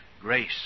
grace